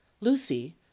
lucy